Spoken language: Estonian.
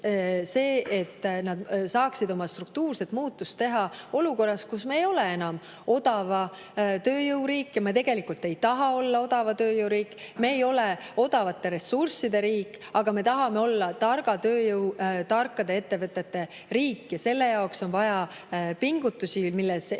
see, et nad saaksid oma struktuurset muutust teha olukorras, kus me ei ole enam odava tööjõu riik, ja me tegelikult ei taha olla odava tööjõu riik. Me ei ole odavate ressursside riik, aga me tahame olla targa tööjõu, tarkade ettevõtete riik ja selle jaoks on vaja pingutusi, milles Eesti